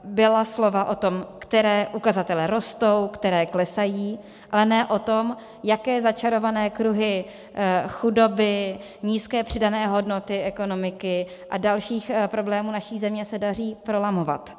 Byla slova o tom, které ukazatele rostou, které klesají, ale ne o tom, jaké začarované kruhy chudoby, nízké přidané hodnoty ekonomiky a dalších problémů naší země se daří prolamovat.